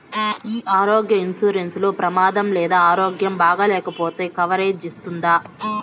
ఈ ఆరోగ్య ఇన్సూరెన్సు లో ప్రమాదం లేదా ఆరోగ్యం బాగాలేకపొతే కవరేజ్ ఇస్తుందా?